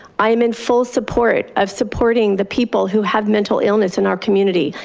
i'm in full support of supporting the people who have mental illness in our community,